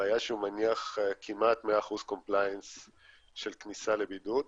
הבעיה היא שהוא מניח כמעט 100% compliance של כניסה לבידוד.